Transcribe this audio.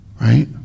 right